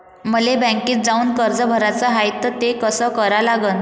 मले बँकेत जाऊन कर्ज भराच हाय त ते कस करा लागन?